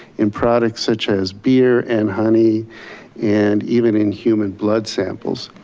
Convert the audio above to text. in products such as beer and honey and even in human blood samples.